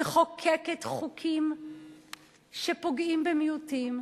מחוקקת חוקים שפוגעים במיעוטים,